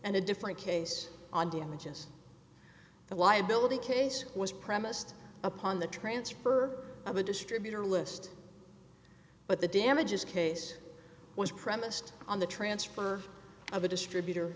and a different case on damages the liability case was premised upon the transfer of a distributor list but the damages case was premised on the transfer of the distributor